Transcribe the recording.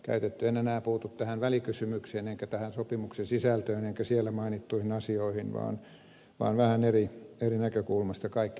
en enää puutu tähän välikysymykseen enkä tähän sopimuksen sisältöön enkä siellä mainittuihin asioihin vaan vähän eri näkökulmasta kaikkinensa